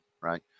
right